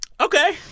Okay